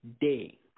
day